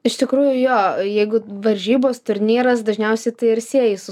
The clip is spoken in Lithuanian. iš tikrųjų jo jeigu varžybos turnyras dažniausiai tai ir sieji su